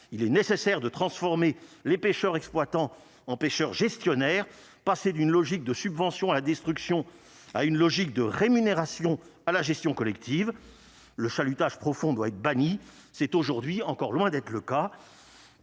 il est nécessaire de transformer les pêcheurs exploitant empêcheur gestionnaire, passer d'une logique de subventions à la destruction, à une logique de rémunération à la gestion collective le chalutage profond doit être bannie c'est aujourd'hui encore loin d'être le cas,